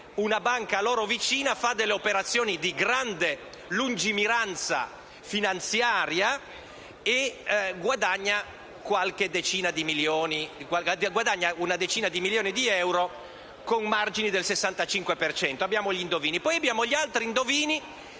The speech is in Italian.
una banca a loro vicina fa delle operazioni di grande lungimiranza finanziaria e guadagna una decina di milioni di euro con margini del 65 per cento. Poi abbiamo gli altri indovini,